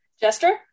Jester